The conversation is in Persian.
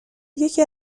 یکی